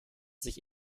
sich